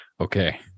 okay